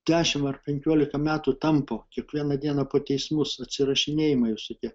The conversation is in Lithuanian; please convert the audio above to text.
dešimt ar penkiolika metų tampo kiekvieną dieną po teismus atsirašinėjimai visokie